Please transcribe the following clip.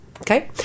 Okay